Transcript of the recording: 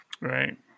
Right